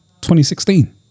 2016